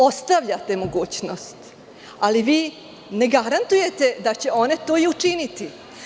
Ostavljate mogućnost, ali ne garantujete da će one to i učiniti.